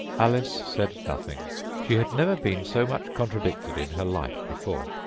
alice said nothing she had never been so much contradicted in her life before,